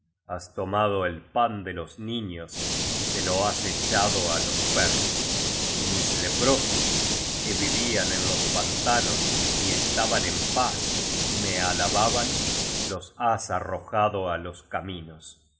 has tomado el pan de los ñiños y se lo has echado á los perros y mis leprosos que vivían en los pantanos y estaban en paz y me alababan los has arrojado los caminos